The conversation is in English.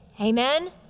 Amen